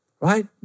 Right